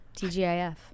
TGIF